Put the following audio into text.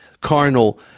carnal